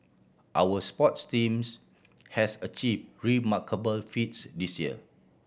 our sports teams has achieve remarkable feats this year